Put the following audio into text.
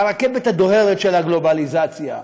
הרכבת הדוהרת של הגלובליזציה,